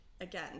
again